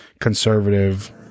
conservative